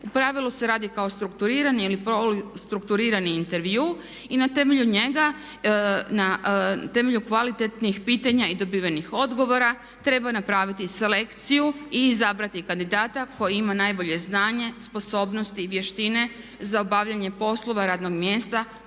u pravilu se radi kao strukturirani ili poli strukturirani intervju i na temelju njega, na temelju kvalitetnih pitanja i dobivenih odgovara treba napraviti selekciju i izabrati kandidata koji ima najbolje znanje, sposobnosti i vještine za obavljanje poslova radnog mjesta koje